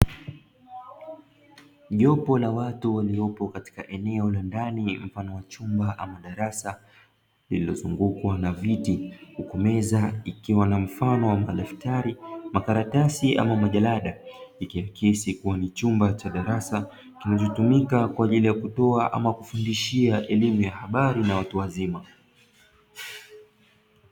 Jopo la watu waliopo katika eneo la ndani mfano wa chumba ama darasa lililozungukwa na viti huku meza ikiwa na mfano wa madaftari, makaratasi ama majarada. Ikiakisi kuwa ni chumba cha darasa kinachotumika kwa ajili ya kutoa ama kufundishia elimu ya habari na watu wazima.